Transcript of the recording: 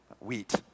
wheat